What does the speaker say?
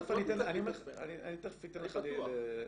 אני תיכף אתן לך להתבטא.